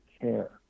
care